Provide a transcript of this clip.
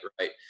right